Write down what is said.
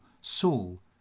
Saul